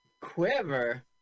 Quiver